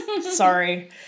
Sorry